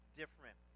different